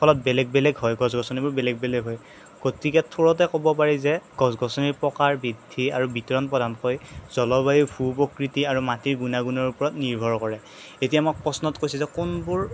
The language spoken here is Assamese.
ফলত বেলেগ বেলেগ হয় গছ গছনিবোৰ বেলেগ বেলেগ হয় গতিকে থোৰতে ক'ব পাৰি যে গছ গছনিৰ প্ৰকাৰ বৃদ্ধি আৰু বিতৰণ প্ৰধানকৈ জলবায়ু ভূ প্ৰকৃতি আৰু মাটিৰ গুণাগুণৰ ওপৰত নিৰ্ভৰ কৰে এতিয়া আমাক প্ৰশ্নত কৈছে যে কোনবোৰ